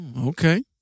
Okay